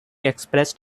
expressed